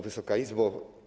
Wysoka Izbo!